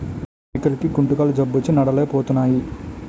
మేకలకి కుంటుకాలు జబ్బొచ్చి నడలేపోతున్నాయి